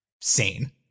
sane